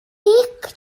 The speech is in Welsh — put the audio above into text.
dic